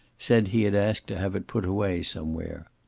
said he had asked to have it put away somewhere.